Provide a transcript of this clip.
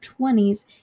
20s